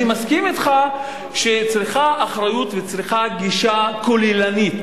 אני מסכים אתך שצריך אחריות וצריך גישה כוללנית,